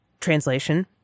Translation